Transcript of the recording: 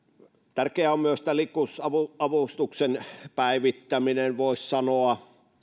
tärkeää on myös tämä liikkuvuusavustuksen päivittäminen voisi sanoa